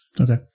Okay